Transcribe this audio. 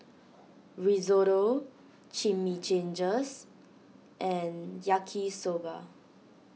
Risotto Chimichangas and Yaki Soba